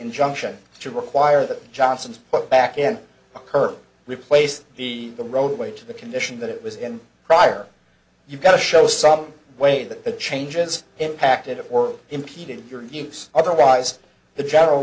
injunction to require that johnson's put back in her replace the the roadway to the condition that it was in prior you've got to show some way that the changes impacted or impeded your use otherwise the general